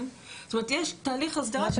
יש תהליך הסדרה.